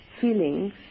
feelings